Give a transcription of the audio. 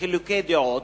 ובחילוקי דעות,